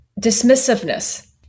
Dismissiveness